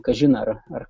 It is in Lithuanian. kažin ar ar